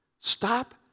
Stop